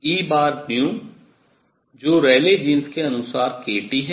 E जो Rayleigh Jeans के अनुसार kT है